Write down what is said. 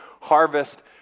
Harvest